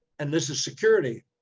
and this is security.